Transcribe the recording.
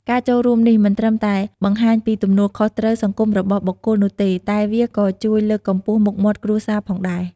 ការចូលរួមនេះមិនត្រឹមតែបង្ហាញពីទំនួលខុសត្រូវសង្គមរបស់បុគ្គលនោះទេ តែវាក៏ជួយលើកកម្ពស់មុខមាត់គ្រួសារផងដែរ។